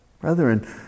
Brethren